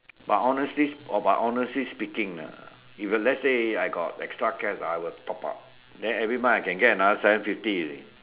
but honestly s~ but honestly speaking ah if uh let's say I got extra cash ah I will have to top up then every month I can get another seven fifty already